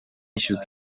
should